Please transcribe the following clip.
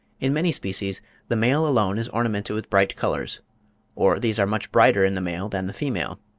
in many species the male alone is ornamented with bright colours or these are much brighter in the male than the female.